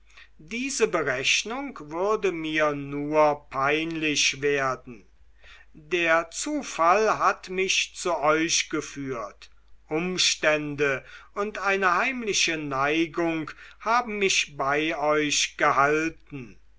diese berechnung würde mir nur peinlich werden der zufall hat mich zu euch geführt umstände und eine heimliche neigung haben mich bei euch gehalten